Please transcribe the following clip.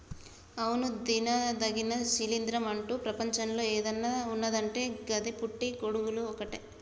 అవును తినదగిన శిలీంద్రం అంటు ప్రపంచంలో ఏదన్న ఉన్నదంటే గది పుట్టి గొడుగులు ఒక్కటే